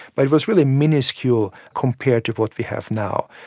but it was really minuscule compared to what we have now.